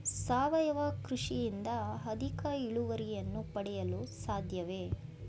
ಸಾವಯವ ಕೃಷಿಯಿಂದ ಅಧಿಕ ಇಳುವರಿಯನ್ನು ಪಡೆಯಲು ಸಾಧ್ಯವೇ?